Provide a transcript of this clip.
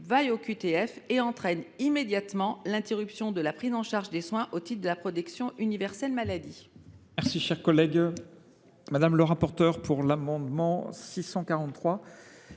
vaut OQTF et entraîne immédiatement l’interruption de la prise en charge des soins au titre de la protection universelle maladie.